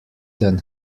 than